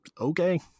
okay